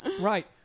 Right